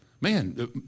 Man